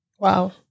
Wow